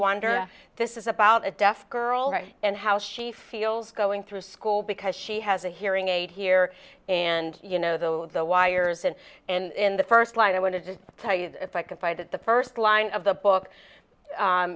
wonder this is about a deaf girl right and how she feels going through school because she has a hearing aid here and you know though the wires and and the first light i wanted to tell you that if i could find that the first line of the book